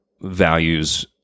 values